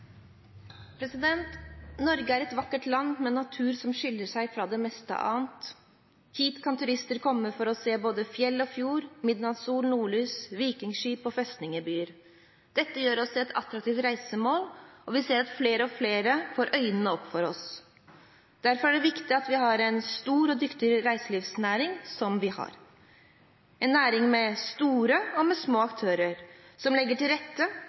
Norge er et vakkert land med natur som skiller seg fra det meste annet. Hit kan turister komme for å se både fjell og fjord, midnattssol og nordlys, vikingskip og festningsbyer. Dette gjør oss til et attraktivt reisemål, og vi ser at flere og flere får øynene opp for oss. Derfor er det viktig at vi har en så stor og dyktig reiselivsnæring som vi har – en næring med store og små aktører som legger til rette,